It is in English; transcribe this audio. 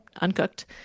uncooked